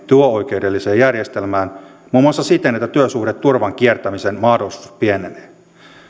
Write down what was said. työoikeudelliseen järjestelmään muun muassa siten että työsuhdeturvan kiertämisen mahdollisuus pienenee